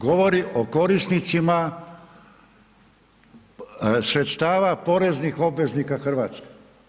Govori o korisnicima sredstava poreznih obveznika RH.